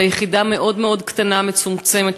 אבל היחידה מאוד מאוד קטנה, מצומצמת.